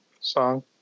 song